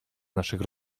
naszych